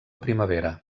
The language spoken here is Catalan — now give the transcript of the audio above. primavera